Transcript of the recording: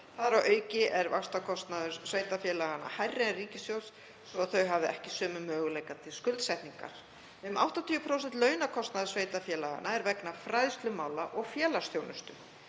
Þar að auki er vaxtakostnaður sveitarfélaga hærri en ríkissjóðs svo að þau hafa ekki sömu möguleika til skuldsetningar. Um 80% launakostnaðar sveitarfélaganna er vegna fræðslumála og félagsþjónustu.